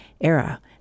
era